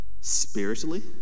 spiritually